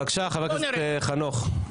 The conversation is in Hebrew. בבקשה, חבר הכנסת חנוך.